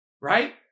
Right